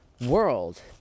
World